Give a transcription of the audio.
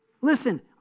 Listen